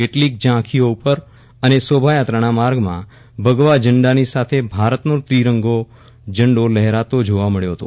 કેટલીય ઝાંખીયો ઉપર અને શોભાયાયાત્રાના માર્ગમાં ભગવા ઝંડાની સાથે ભારતનો તિરંગો ઝંડો લહેરાતો જોવા મળ્યો હતો